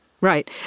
Right